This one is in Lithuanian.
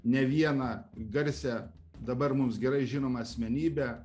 ne vieną garsią dabar mums gerai žinomą asmenybę